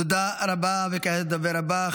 תודה רבה, וכעת לדובר הבא.